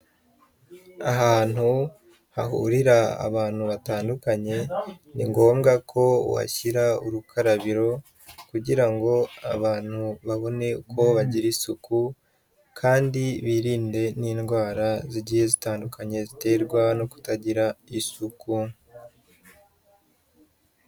Ahantu hahurira abantu batandukanye, ni ngombwa ko uhashyira urukarabiro kugira ngo abantu babone uko bagira isuku kandi birinde n'indwara zigiye zitandukanye ziterwa no kutagira isuku.